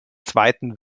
zweiten